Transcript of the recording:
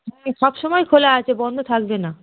হ্যাঁ সবসময় খোলা আছে বন্ধ থাকবে না